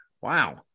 Wow